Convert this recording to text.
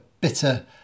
bitter